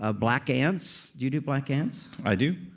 ah black ants. do you do black ants? i do.